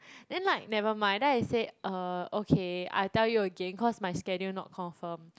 then like never mind then I said uh okay I tell you again cause my schedule not confirm